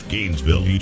Gainesville